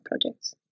projects